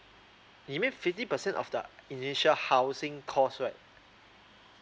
you mean fifty percent of the initial housing cost right